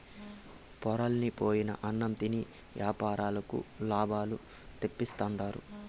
పొరలన్ని పోయిన అన్నం తిని యాపారులకు లాభాలు తెప్పిస్తుండారు